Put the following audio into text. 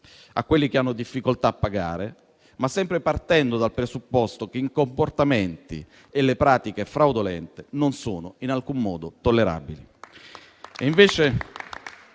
a quelli che hanno difficoltà a pagare, ma sempre partendo dal presupposto che i comportamenti e le pratiche fraudolente non sono in alcun modo tollerabili.